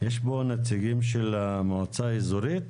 יש פה נציגים של המועצה האזורית?